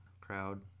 crowd